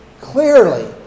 clearly